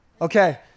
Okay